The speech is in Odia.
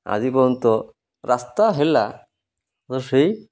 ଆଜି ପର୍ଯ୍ୟନ୍ତ ରାସ୍ତା ହେଲା ସେଇ